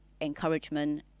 encouragement